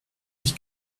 ich